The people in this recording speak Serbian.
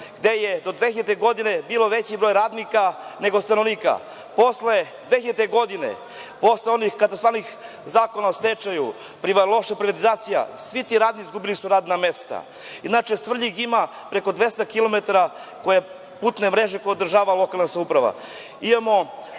gde je do 2000. godine bio veći broj radnika nego stanovnika. Posle 2000. godine, posle onih zakona o stečaju, loših privatizacija, svi radnici izgubili su radna mesta. Inače, Svrljig ima preko 200 kilometara putne mreže koju održava lokalna samouprava.